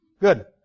good